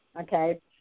Okay